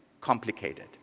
complicated